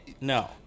No